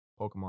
Pokemon